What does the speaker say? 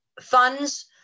funds